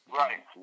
right